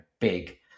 big